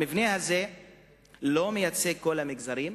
המבנה הזה לא מייצג את כל המגזרים.